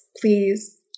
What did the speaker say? Please